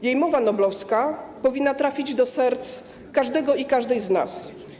Jej mowa noblowska powinna trafić do serc każdego i każdej z nas.